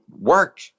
work